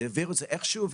והעבירו את זה איכשהו.